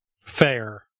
Fair